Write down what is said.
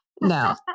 No